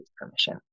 permission